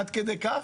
עד כדי כך,